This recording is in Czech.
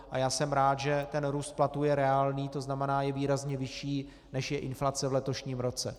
A jsem rád, že růst platů je reálný, to znamená, je výrazně vyšší, než je inflace v letošním roce.